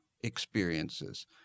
experiences